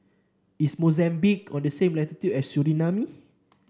is Mozambique on the same latitude as Suriname